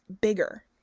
bigger